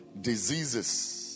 diseases